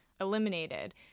eliminated